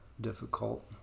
difficult